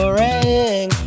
ring